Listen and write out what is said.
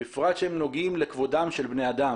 בפרט שהן נוגעות לכבודם של בני אדם.